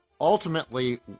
ultimately